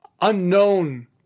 unknown